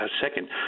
second